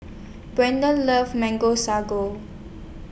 Brendan loves Mango Sago